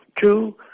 Two